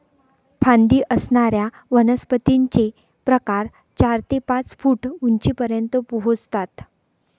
फांदी असणाऱ्या वनस्पतींचे प्रकार चार ते पाच फूट उंचीपर्यंत पोहोचतात